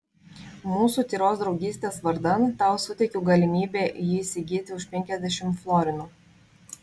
mūsų tyros draugystės vardan tau suteikiu galimybę jį įsigyti už penkiasdešimt florinų